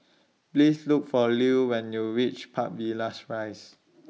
Please Look For Lew when YOU REACH Park Villas Rise